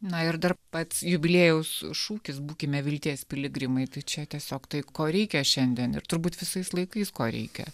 na ir dar pats jubiliejaus šūkis būkime vilties piligrimai tai čia tiesiog tai ko reikia šiandien ir turbūt visais laikais ko reikia